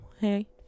hey